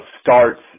starts